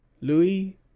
Louis